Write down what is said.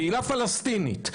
קהילה פלסטינית,